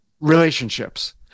relationships